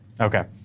Okay